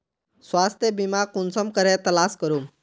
स्वास्थ्य बीमा कुंसम करे तलाश करूम?